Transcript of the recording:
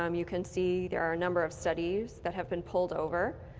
um you can see there are a number of studies that have been pulled over.